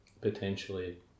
potentially